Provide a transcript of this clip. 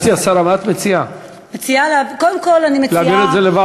גברתי השרה, מה את מציעה, להעביר את זה לוועדה?